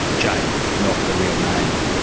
jane, not her real name.